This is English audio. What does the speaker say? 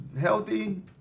healthy